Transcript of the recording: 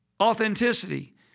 authenticity